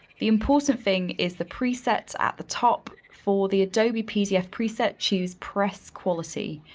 the important thing is the pre set at the top for the adobe pdf preset, choose press quality.